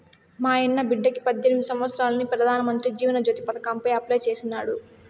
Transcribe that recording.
మాయన్న బిడ్డకి పద్దెనిమిది సంవత్సారాలని పెదానమంత్రి జీవన జ్యోతి పదకాంల అప్లై చేసినాడు